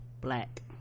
black